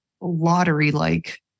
lottery-like